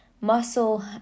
muscle